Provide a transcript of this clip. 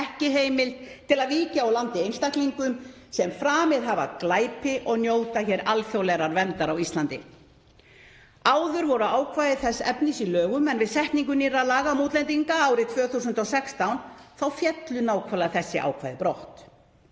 ekki heimild — „til að víkja úr landi einstaklingum sem framið hafa glæpi og njóta alþjóðlegrar verndar á Íslandi. Áður voru ákvæði þess efnis í lögum, en við setningu nýrra laga um útlendinga árið 2016 féllu þau ákvæði brott.